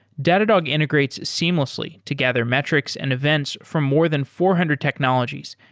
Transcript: datadog integrates seamlessly to gather metrics and events from more than four hundred technologies,